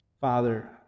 Father